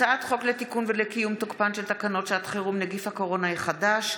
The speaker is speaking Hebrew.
הצעת חוק לתיקון ולקיום תוקפן של תקנות שעת חירום (נגיף הקורונה החדש,